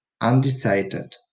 undecided